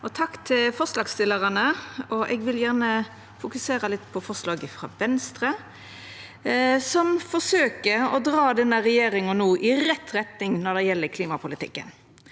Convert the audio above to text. Takk til forslags- stillarane. Eg vil gjerne fokusera litt på forslaget frå Venstre som forsøkjer å dra denne regjeringa i rett retning når det gjeld klimapolitikken.